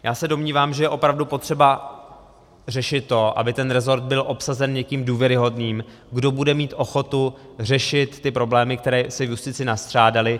Já se domnívám, že je opravdu potřeba řešit to, aby resort byl obsazen někým důvěryhodným, kdo bude mít ochotu řešit problémy, které se v justici nastřádaly.